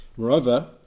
Moreover